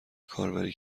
کاربری